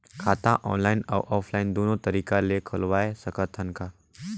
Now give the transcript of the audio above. खाता ऑनलाइन अउ ऑफलाइन दुनो तरीका ले खोलवाय सकत हन का?